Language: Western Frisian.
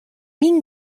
myn